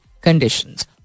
conditions